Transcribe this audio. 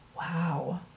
Wow